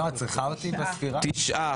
תשעה.